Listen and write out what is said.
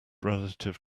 relative